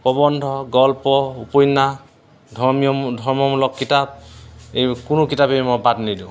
প্ৰবন্ধ গল্প উপন্যাস ধৰ্মীয় ধৰ্মমূলক কিতাপ এই কোনো কিতাপেই মই বাদ নিদিওঁ